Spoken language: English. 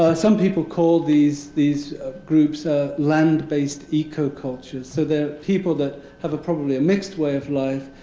ah some people call these these groups ah land-based ecocultures. so they're people that have probably a mixed way of life.